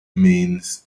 means